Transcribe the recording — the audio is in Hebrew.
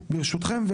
ברשותכם.